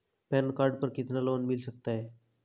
Pan card पर कितना loan मिल सकता है?